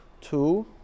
Two